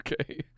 Okay